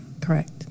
Correct